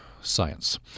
science